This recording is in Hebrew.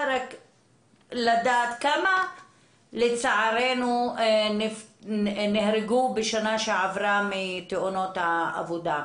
כמה לצערנו נהרגו בשנה שעברה מתאונות העבודה?